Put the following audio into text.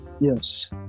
yes